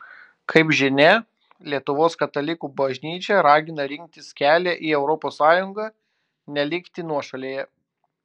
kaip žinia lietuvos katalikų bažnyčia ragina rinktis kelią į europos sąjungą nelikti nuošalėje